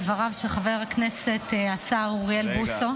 דבריו של חבר הכנסת השר אוריאל בוסו.